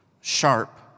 sharp